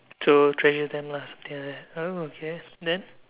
so treasure them lah something like that oh okay then